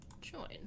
Join